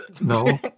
No